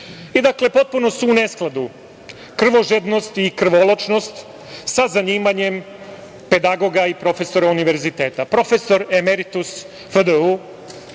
Dakle, potpuno su ne skladu krvožednost i krvoločnost sa zanimanjem pedagoga i profesora univerziteta. Profesor emeritus FDU,